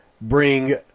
bring